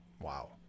Wow